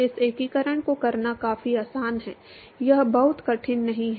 इस एकीकरण को करना काफी आसान है यह बहुत कठिन नहीं है